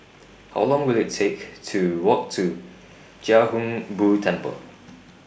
How Long Will IT Take to Walk to Chia Hung Boo Temple